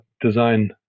design